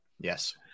Yes